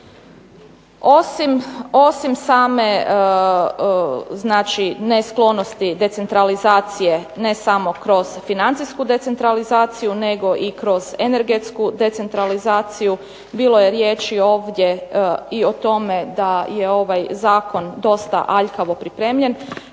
Osim same znači nesklonosti decentralizacije ne samo kroz financijsku decentralizaciju nego i kroz energetsku decentralizaciju bilo je riječi ovdje i o tome da je ovaj zakon dosta aljkavo pripremljen